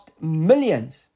millions